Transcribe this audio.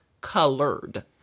colored